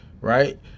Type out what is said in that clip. right